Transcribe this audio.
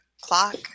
clock